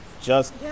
Just-